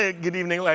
ah good evening, like